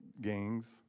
gangs